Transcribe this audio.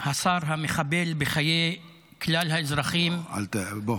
השר המחבל בחיי כלל האזרחים --- לא, בוא.